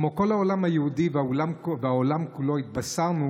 כמו כל העולם היהודי והעולם כולו התבשרנו